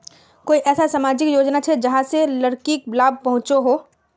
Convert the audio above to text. कोई ऐसा सामाजिक योजना छे जाहां से लड़किक लाभ पहुँचो हो?